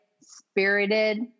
spirited